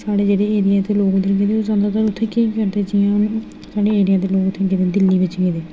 साढ़े जेह्ड़े एरिया दे लोग उद्धर गेदे ओह् जादातर उ'त्थें केह् करदे साढ़े एरिया दे उ'त्थें गेदे दिल्ली बिच गेदे